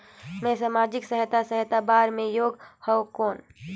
मैं समाजिक सहायता सहायता बार मैं योग हवं कौन?